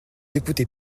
écoutez